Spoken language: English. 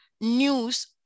news